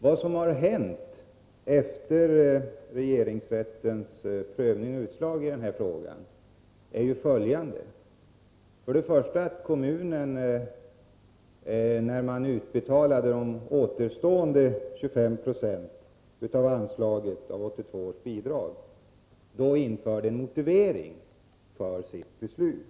Vad som har hänt efter regeringsrättens prövning och utslag i den här frågan är följande: För det första införde kommunen när man utbetalade de återstående 25 90 av 1982 års anslag en motivering för sitt beslut.